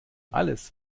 alles